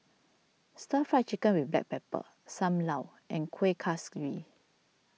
Stir Fried Chicken with Black Pepper Sam Lau and Kuih Kaswi